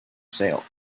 sale